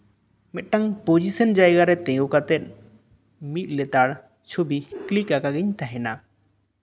ᱢᱤᱫᱴᱟᱝ ᱯᱚᱡᱤᱥᱚᱱ ᱡᱟᱭᱜᱟ ᱨᱮ ᱛᱤᱸᱜᱩ ᱠᱟᱛᱮ ᱢᱤᱫ ᱞᱮᱛᱟᱲ ᱪᱷᱚᱵᱤ ᱠᱞᱤᱠ ᱟᱠᱟᱜᱤᱧ ᱛᱟᱦᱮᱱᱟ